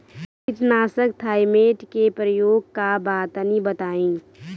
कीटनाशक थाइमेट के प्रयोग का बा तनि बताई?